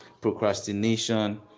procrastination